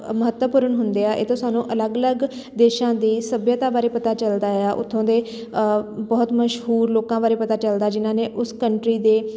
ਮਹੱਤਵਪੂਰਨ ਹੁੰਦੇ ਆ ਇਹ ਤੋਂ ਸਾਨੂੰ ਅਲੱਗ ਅਲੱਗ ਦੇਸ਼ਾਂ ਦੀ ਸੱਭਿਅਤਾ ਬਾਰੇ ਪਤਾ ਚੱਲਦਾ ਆ ਉੱਥੋਂ ਦੇ ਬਹੁਤ ਮਸ਼ਹੂਰ ਲੋਕਾਂ ਬਾਰੇ ਪਤਾ ਚੱਲਦਾ ਜਿਨ੍ਹਾਂ ਨੇ ਉਸ ਕੰਟਰੀ ਦੇ